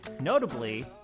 Notably